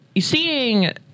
seeing